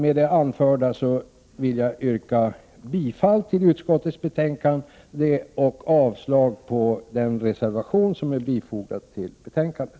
Med det anförda vill jag yrka bifall till utskottets hemställan och avslag på den reservation som är fogad till betänkandet.